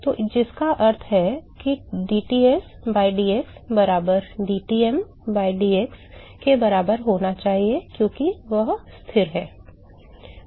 तो जिसका अर्थ है कि dTs by dx बराबर dTm by dx के बराबर होना चाहिए क्योंकि यह स्थिर है